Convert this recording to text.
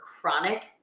chronic